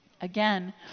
Again